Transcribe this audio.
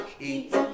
eat